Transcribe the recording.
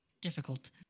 difficult